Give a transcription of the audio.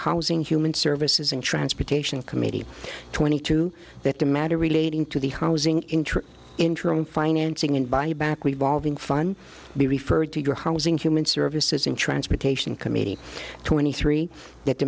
housing human services and transportation committee twenty two that the matter relating to the housing interim interim financing and buyback revolving fun be referred to your housing human services in transportation committee twenty three